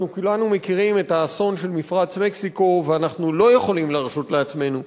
כולנו מכירים את האסון של מפרץ מקסיקו ואנחנו לא יכולים להרשות לעצמנו,